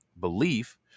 belief